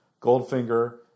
Goldfinger